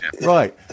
right